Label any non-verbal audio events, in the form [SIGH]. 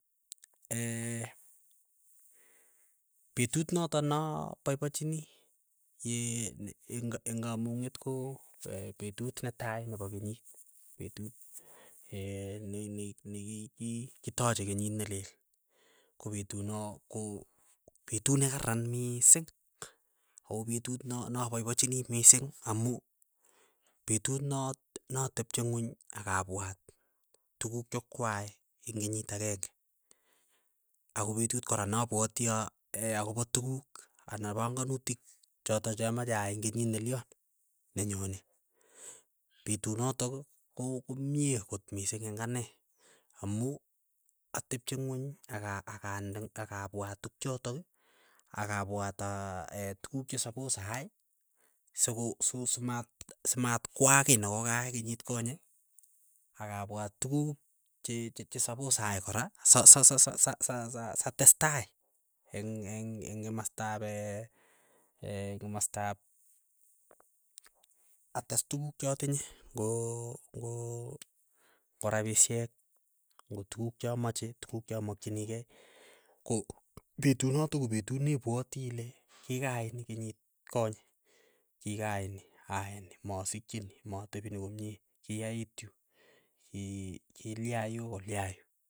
[HESITATION] petut noto na poipachinii yee eng eng kamung'et ko petut netai nepo kenyit. Petut [HESITATION] neinei nekiki kitache kenyit nelel go petut noo goo betut nee gararan miising, ago betut noo boibochinii mising amuu betut noo tepche nwony agabwat tuguk chekwaay ing genyit agenge, ago betut gora nabwotii [HESITATION] agoboo tugug anan banganutik chok chomechee aay eng genyit notok nenyone. betuut notok hii gomyei kabsa ing anee amuu atebche nywony akande agabwat tukchotog agabwat tugut che suppose ayy simatwaak giiy niegogaak genyit konye agabwat tuguk che suppose aay gora satstai eng gimastaab ates tuguk chameche ngo rabisyek ngo tuguk chomokchinigey go betut notok go betut nebwati ilee gigaay nii genyit konye, giigay nii ay nii mosikyi nii motebi nii gomnyee giyait yuu [HESITATION] gilyaa yuu golyaa yuu.